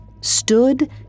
stood